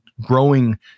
growing